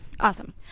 Awesome